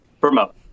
Promote